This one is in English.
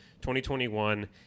2021